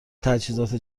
تجهیزات